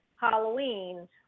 Halloween